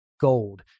gold